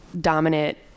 dominant